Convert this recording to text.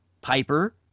Piper